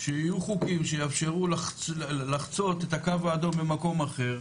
שיהיו חוקים שיאפשרו לחצות את הקו האדום במקום אחר,